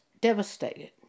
devastated